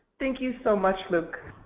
thank you so much, luc.